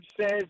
says